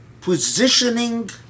positioning